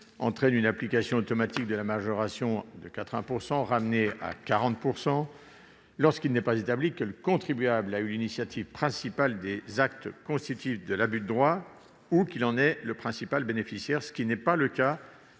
entraîne une application automatique de la majoration de 80 %, ramenée à 40 % lorsqu'il n'est pas établi que le contribuable a eu l'initiative principale des actes constitutifs de l'abus de droit ou qu'il en est le principal bénéficiaire, ce qui n'est pas le cas